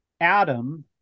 Adam